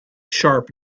sharp